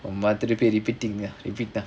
the monthly pay repeating repeat ah